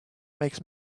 makes